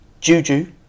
Juju